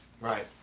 Right